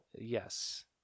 Yes